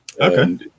Okay